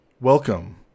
Welcome